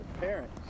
Parents